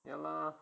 ya lor